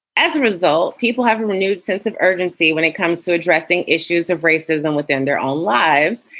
as a result, people have a renewed sense of urgency when it comes to addressing issues of racism within their own lives.